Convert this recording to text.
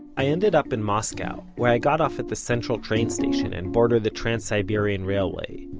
i ended up in moscow, where i got off at the central train station, and boarded the trans-siberian railway,